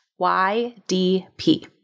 YDP